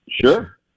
Sure